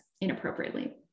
inappropriately